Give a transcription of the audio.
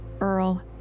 Earl